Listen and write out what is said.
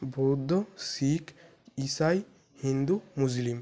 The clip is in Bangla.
বৌদ্ধ শিখ ইসায়ী হিন্দু মুসলিম